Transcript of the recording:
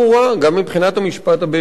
גם מבחינת המשפט הבין-לאומי,